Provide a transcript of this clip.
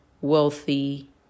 wealthy